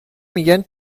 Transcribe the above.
میگن